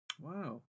Wow